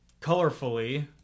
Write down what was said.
colorfully